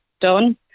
done